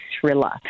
thriller